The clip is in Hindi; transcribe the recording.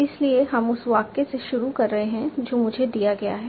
इसलिए हम उस वाक्य से शुरू कर रहे हैं जो मुझे दिया गया है